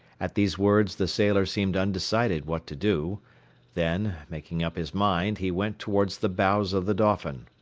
at these words the sailor seemed undecided what to do then, making up his mind, he went towards the bows of the dolphin.